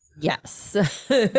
Yes